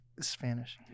Spanish